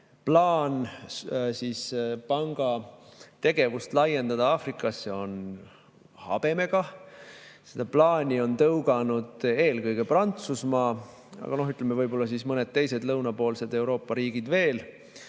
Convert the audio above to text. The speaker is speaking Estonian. laiendada panga tegevust Aafrikasse on habemega. Seda plaani on tõuganud eelkõige Prantsusmaa, aga võib-olla mõned teised lõunapoolsed Euroopa riigid veel,